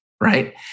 Right